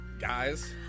Guys